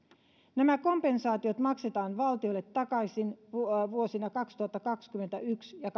nämä kompensaatiot maksetaan valtiolle takaisin vuosina kaksituhattakaksikymmentäyksi ja